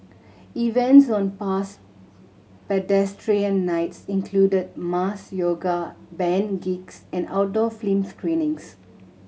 events on past Pedestrian Nights included mass yoga band gigs and outdoor film screenings